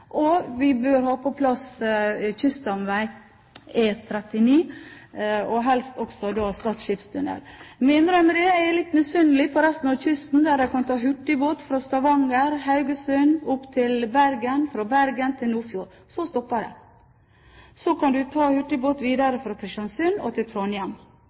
og vi bør ha på plass kyststamveien E39, og helst også Stad skipstunnel. Jeg må innrømme at jeg er litt misunnelig på resten av kysten der de kan ta hurtigbåt fra Stavanger og Haugesund opp til Bergen, fra Bergen til Nordfjord, men så stopper det. Så kan du ta hurtigbåt videre fra Kristiansund til Trondheim.